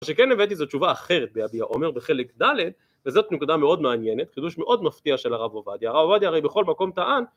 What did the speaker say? מה שכן הבאתי זו תשובה אחרת ביביע עומר בחלק ד', וזאת נקודה מאוד מעניינת, חידוש מאוד מפתיע של הרב עובדיה, הרב עובדיה הרי בכל מקום טען